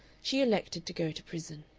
she elected to go to prison.